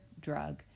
drug